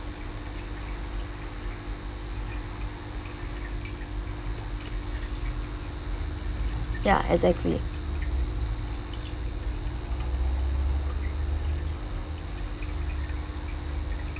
ya exactly